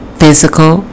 physical